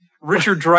Richard